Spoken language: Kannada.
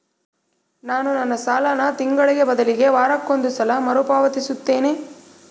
ನಾನು ನನ್ನ ಸಾಲನ ತಿಂಗಳಿಗೆ ಬದಲಿಗೆ ವಾರಕ್ಕೊಂದು ಸಲ ಮರುಪಾವತಿಸುತ್ತಿದ್ದೇನೆ